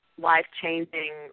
life-changing